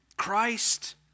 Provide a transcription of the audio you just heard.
Christ